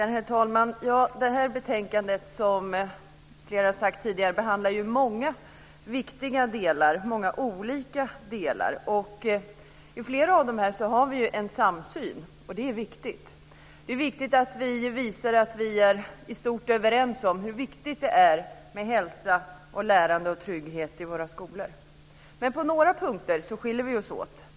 Herr talman! Det här betänkandet behandlar, som flera sagt tidigare, många viktiga delar av skolans verksamhet och många olika delar. I flera av dessa har vi en samsyn. Det är viktigt. Det är viktigt att vi visar att vi i stort är överens om hur viktigt det är med hälsa, lärande och trygghet i våra skolor. Men på några punkter skiljer vi oss åt.